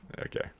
okay